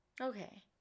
Okay